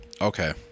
Okay